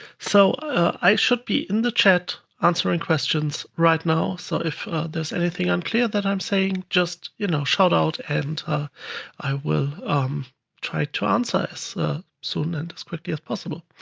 so i should be in the chat answering questions right now. so if there's anything unclear that i'm saying, just you know shout out and i will try to answer as soon and as quickly as possible.